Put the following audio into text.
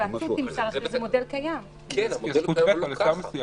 שיש ועדה --- אבל זה לא המקרה.